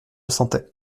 sentait